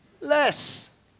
Less